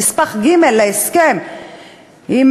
נספח ג' להסכם עם